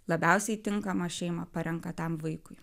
labiausiai tinkamą šeimą parenka tam vaikui